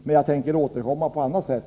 Men jag tänker återkomma på annat sätt.